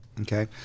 Okay